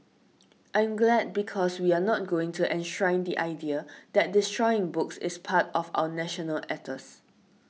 I'm glad because we're not going to enshrine the idea that destroying books is part of our national ethos